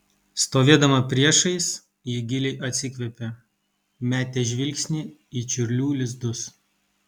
stovėdama priešais ji giliai atsikvėpė metė žvilgsnį į čiurlių lizdus